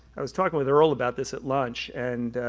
i was talking with earl about this at lunch and,